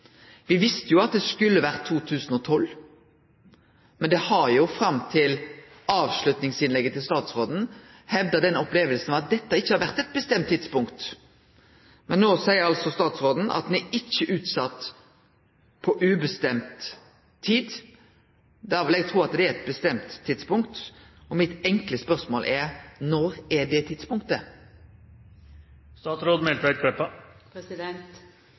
visste jo at det skulle ha vore 2012, men det har jo fram til avslutningsinnlegget til statsråden vore ei oppleving av at dette ikkje har vore eit bestemt tidspunkt. Men no seier altså statsråden at grunnrutemodellen ikkje er utsett på ubestemt tid. Då vil eg tru at det er eit bestemt tidspunkt, og mitt enkle spørsmål er: Når er det